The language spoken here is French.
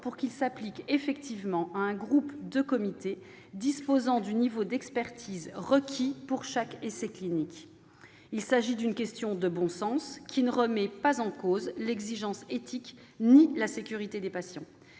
pour qu'il s'applique effectivement à un groupe de comités disposant du niveau d'expertise requis pour chaque essai clinique. Il s'agit d'une question de bon sens, qui ne remet en cause ni l'exigence éthique ni la sécurité des patients.